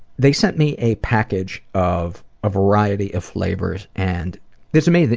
they sent me a package of a variety of flavors. and it's amazing.